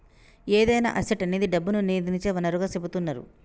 ఏదైనా అసెట్ అనేది డబ్బును నియంత్రించే వనరుగా సెపుతున్నరు